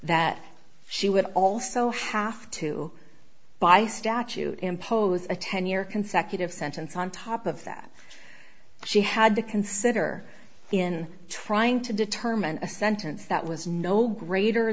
that she would also have to by statute impose a ten year consecutive sentence on top of that she had to consider in trying to determine a sentence that was no greater